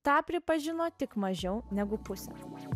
tą pripažino tik mažiau negu pusė